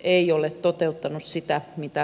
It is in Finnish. ei ole toteuttanut sitä mitä sillä on haettu